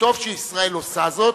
וטוב שישראל עושה זאת,